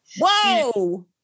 Whoa